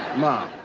mom.